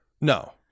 No